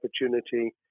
opportunity